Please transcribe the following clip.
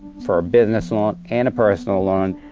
for a business loan and a personal loan.